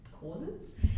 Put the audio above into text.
causes